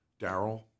Daryl